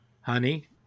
Honey